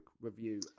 Review